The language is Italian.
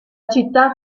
città